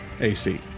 AC